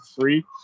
free